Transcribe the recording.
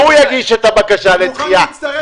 והוא יגיש את הבקשה לדחייה.